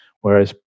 Whereas